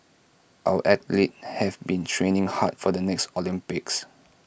our athletes have been training hard for the next Olympics